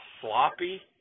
sloppy